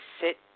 sit